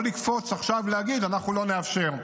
לא לקפוץ עכשיו ולהגיד: אנחנו לא נאפשר.